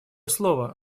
слово